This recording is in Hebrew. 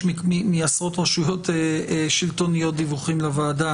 מעשרות רשויות שלטוניות דיווחים לוועדה.